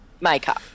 makeup